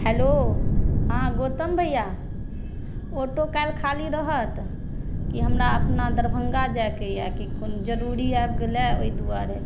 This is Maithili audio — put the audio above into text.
हेलो हँ गौतम भैया आँटो काल्हि खाली रहत की हमरा अपना दरभङ्गा जाइके अछि कोनो जरुरी आबि गेलै ओहि दुआरे